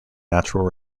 natural